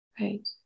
Right